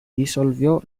disolvió